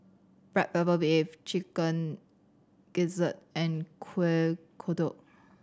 black pepper beef Chicken Gizzard and Kuih Kodok